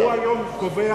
אבל הוא היום קובע,